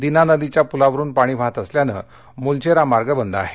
दीना नदीच्या पुलावरुन पाणी वाहत असल्याने मुलचेरा मार्ग बंद आहे